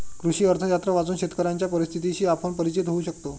कृषी अर्थशास्त्र वाचून शेतकऱ्यांच्या परिस्थितीशी आपण परिचित होऊ शकतो